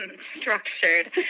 structured